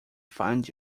find